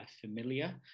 familiar